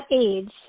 age